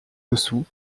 dessous